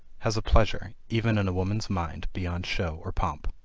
has a pleasure, even in a woman's mind, beyond show or pomp.